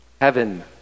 heaven